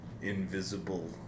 invisible